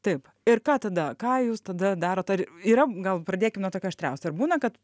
taip ir ką tada ką jūs tada darot ar yra gal pradėkim nuo tokio aštriausio ar būna kad